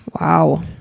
Wow